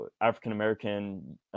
African-American